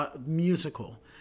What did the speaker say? musical